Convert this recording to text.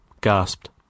gasped